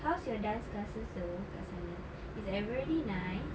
how's your dance classes though kat sana is everybody nice